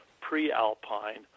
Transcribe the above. pre-alpine